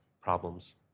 problems